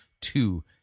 Two